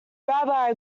rabbi